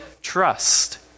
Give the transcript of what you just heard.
trust